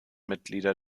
mitglieder